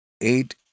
eight